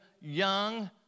young